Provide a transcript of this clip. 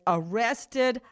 arrested